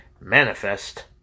manifest